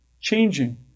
Changing